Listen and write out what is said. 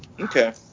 Okay